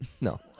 No